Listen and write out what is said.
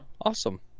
awesome